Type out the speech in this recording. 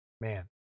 man